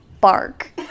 Bark